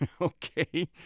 Okay